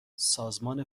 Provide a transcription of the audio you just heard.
سازمان